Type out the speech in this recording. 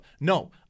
No